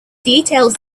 details